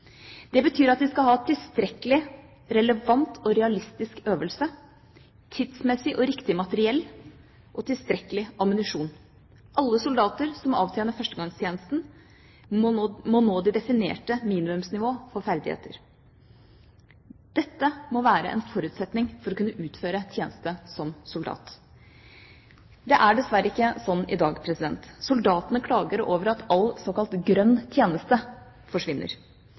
Det betyr at de skal ha tilstrekkelig, relevant og realistisk øvelse, tidsmessig og riktig materiell og tilstrekkelig ammunisjon. Alle soldater som avtjener førstegangstjenesten, må nå det definerte minimumsnivået for ferdigheter. Dette må være en forutsetning for å kunne utføre tjeneste som soldat. Det er dessverre ikke sånn i dag. Soldatene klager over at all såkalt grønn tjeneste forsvinner.